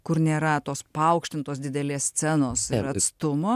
kur nėra tos paaukštintos didelės scenos ir atstumo